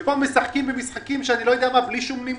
ופה משחקים במשחקים בלי שום נימוק.